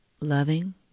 Loving